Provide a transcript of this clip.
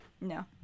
no